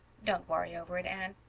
don't worry over it, anne.